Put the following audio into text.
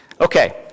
Okay